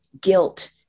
guilt